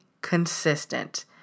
consistent